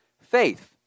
faith